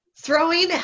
throwing